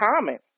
common